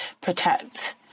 protect